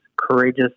courageous